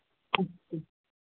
okay